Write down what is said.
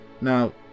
now